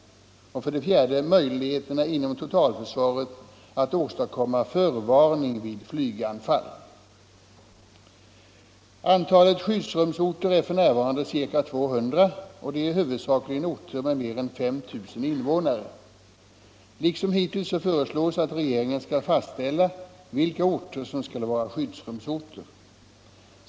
4. Möjligheterna inom totalförsvaret att åstadkomma förvarning vid flyganfall. Antalet skyddsrumsorter är f. n. ca 200 och det är huvudsakligen orter med mer än 5 000 invånare. Liksom hittills föreslås att regeringen skall fastställa vilka orter som skall vara skyddsrumsorter.